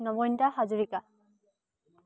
Nabanita Hazarika